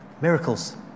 miracles